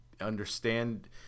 understand